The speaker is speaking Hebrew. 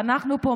ואנחנו פה,